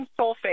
sulfate